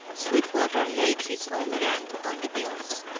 sweetwater laid his own hand on the bills.